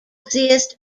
exist